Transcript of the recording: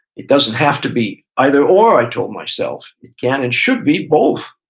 it doesn't have to be either or, i told myself. can and should be both,